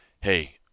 hey